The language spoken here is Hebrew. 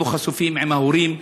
אנחנו חשופים עם ההורים,